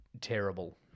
terrible